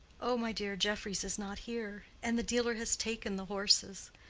oh, my dear, jeffries is not here, and the dealer has taken the horses.